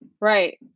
Right